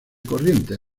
corrientes